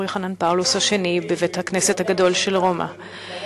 יוחנן פאולוס השני בבית-הכנסת הגדול של רומא,